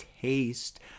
taste